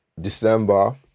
December